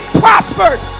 prospered